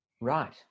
Right